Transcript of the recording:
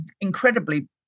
incredibly